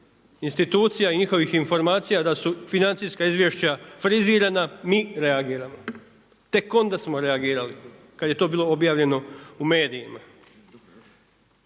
institucija i njihovih informacija da su financijska izvješća frizirana mi reagiramo, tek onda smo reagirali kad je to bilo objavljeno u medijima.